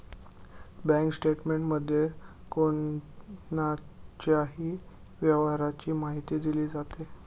bank स्टेटमेंटमध्ये कोणाच्याही व्यवहाराची माहिती दिली जाते